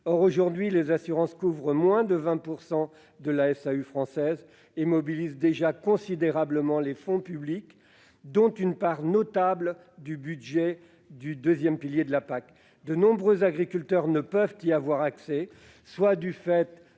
de 20 % de la surface agricole utilisée (SAU) française et mobilisent déjà considérablement les fonds publics, dont une part notable du budget du deuxième pilier de la PAC. De nombreux agriculteurs ne peuvent y avoir accès, soit du fait